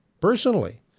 personally